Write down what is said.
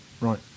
Right